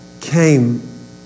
came